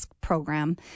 program